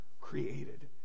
created